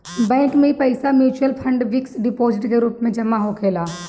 bank में इ पईसा मिचुअल फंड, फिक्स डिपोजीट के रूप में जमा होखेला